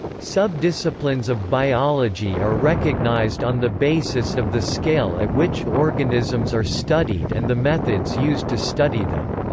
subdisciplines of biology are recognized on the basis of the scale at which organisms are studied and the methods used to study them.